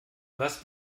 was